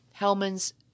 Hellman's